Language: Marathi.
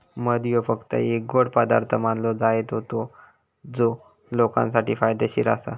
मध ह्यो फक्त एक गोड पदार्थ मानलो जायत होतो जो लोकांसाठी फायदेशीर आसा